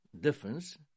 difference